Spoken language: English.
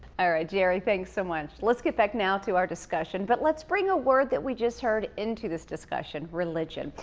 ah jerry. thanks so much. let's get back now to our discussion, but let's bring a word that we just heard into this discussion. religion.